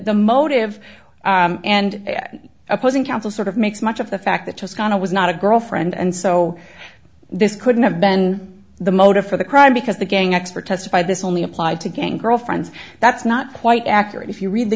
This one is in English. the motive and opposing counsel sort of makes much of the fact that toscana was not a girlfriend and so this couldn't have been the motive for the crime because the gang expert testified this only applied to gang girlfriends that's not quite accurate if you read the